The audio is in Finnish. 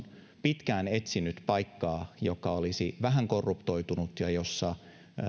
pitkään etsinyt paikkaa joka olisi vähän korruptoitunut ja jossa